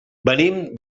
venim